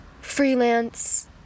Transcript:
freelance